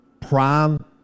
prime